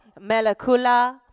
Melakula